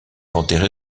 enterré